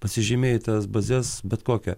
pasižymėjai bazes bet kokią